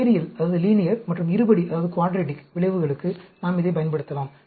நேரியல் மற்றும் இருபடி விளைவுகளுக்கு நாம் இதைப் பயன்படுத்தலாம்